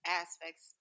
aspects